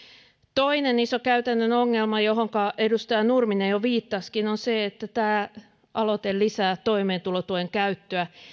toinen iso käytännön ongelma johonka edustaja nurminen jo viittasikin on se että tämä aloite lisää toimeentulotuen käyttöä